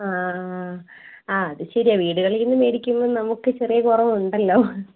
ആ ആ ആ അതു ശരിയാണ് വീടുകളിൽ നിന്നു മേടിക്കുന്നത് നമുക്ക് ചെറിയ കുറവുണ്ടല്ലോ